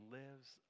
lives